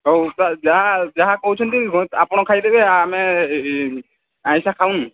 ହଉ ତ ଯାହା ଯାହା କହୁଛନ୍ତି ଆପଣ ଖାଇଦେବେ ଆମେ ଆଇଁଷ ଖାଉନୁ